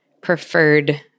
preferred